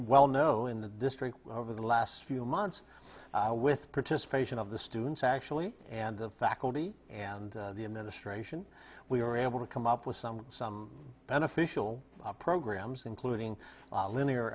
well know in the district over the last few months with participation of the students actually and the faculty and the administration we were able to come up with some some beneficial programs including linear